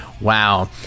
Wow